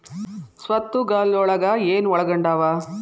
ಸ್ವತ್ತುಗಲೊಳಗ ಏನು ಒಳಗೊಂಡಾವ?